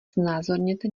znázorněte